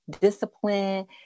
discipline